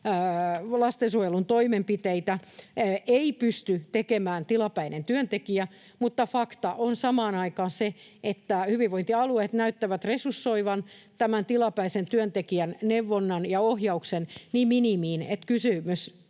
lastensuojelun toimenpiteitä ei pysty tekemään tilapäinen työntekijä, mutta fakta on samaan aikaan se, että hyvinvointialueet näyttävät resursoivan tämän tilapäisen työntekijän neuvonnan ja ohjauksen niin minimiin, että kysymys